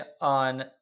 on